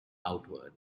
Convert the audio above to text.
outward